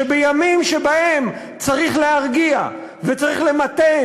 שבימים שבהם צריך להרגיע וצריך למתן,